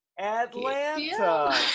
Atlanta